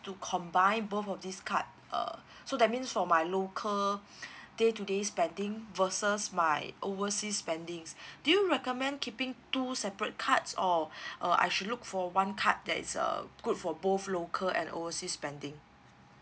to combine both of this card uh so that means for my local days to days spending versus my overseas spending do you recommend keeping two separate cards or uh I should look for one card that is uh good for both local and oversea spending